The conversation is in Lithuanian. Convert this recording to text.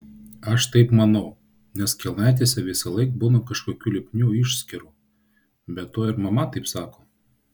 aš taip manau nes kelnaitėse visąlaik būna kažkokių lipnių išskyrų be to ir mama taip sako